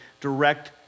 direct